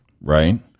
Right